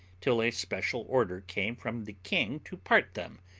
till a special order came from the king to part them,